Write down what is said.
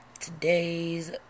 Today's